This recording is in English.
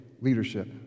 leadership